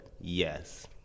yes